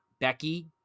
Becky